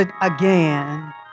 again